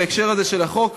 בהקשר הזה של החוק,